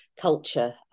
culture